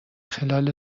خلال